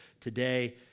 today